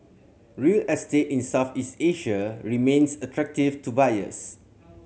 real estate in Southeast Asia remains attractive to buyers